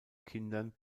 kindern